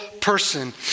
person